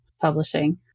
Publishing